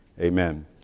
Amen